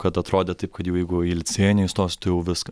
kad atrodė taip kad jau jeigu į licėjų neįstosiu tai jau viskas